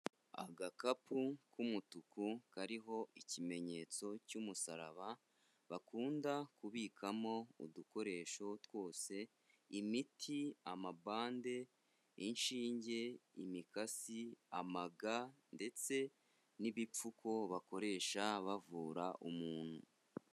Agakapu k'umutuku kariho ikimenyetso cy'umusaraba bakunda kubikamo udukoresho twose imiti, amabande, inshinge, imikasi, amaga ndetse n'ibipfuko bakoresha bavura umuntu.